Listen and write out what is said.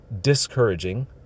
discouraging